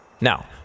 Now